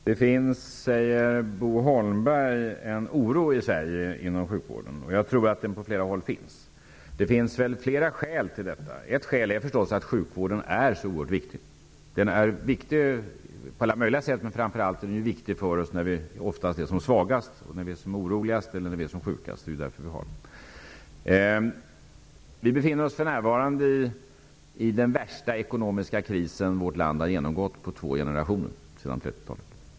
Herr talman! Det finns, säger Bo Holmberg, en oro inom sjukvården i Sverige. Jag tror att det på flera håll är så. Det finns flera skäl till detta. Ett skäl är förstås att sjukvården är så oerhört viktig. Den är framför allt viktig för oss när vi är som svagast, oroligast och sjukast. Det är därför vi har den. Vi befinner oss för närvarande i den värsta ekonomiska kris vårt land har genomgått sedan 1930-talet, alltså på två generationer.